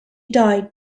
died